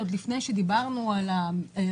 עוד לפני שדיברנו על הרווח